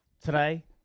today